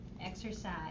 exercise